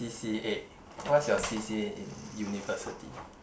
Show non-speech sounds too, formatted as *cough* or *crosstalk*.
c_c_a *noise* what's your c_c_a in university